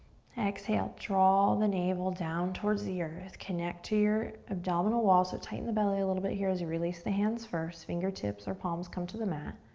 exhale, draw the navel down towards the earth. connect to your abdominal wall so tighten the belly a little bit here as you release the hands first, fingertips or palms come to the mat.